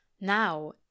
Now